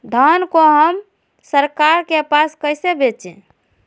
धान को हम सरकार के पास कैसे बेंचे?